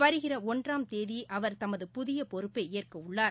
வருகிறஒன்றாம் தேதிஅவர் தமது புதியபொறுப்பைஏற்கஉள்ளார்